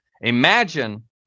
imagine